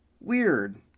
Weird